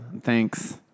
Thanks